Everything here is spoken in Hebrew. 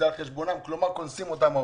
כלומר האוצר קונס אותם.